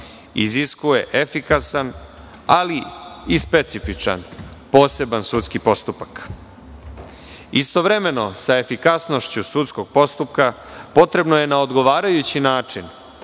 iziskuje efikasan, ali i specifičan poseban sudski postupak. Istovremeno sa efikasnošću sudskog postupka, potrebno je na odgovarajući način